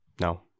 No